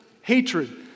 hatred